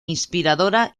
inspiradora